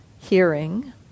hearing